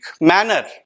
manner